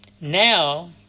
now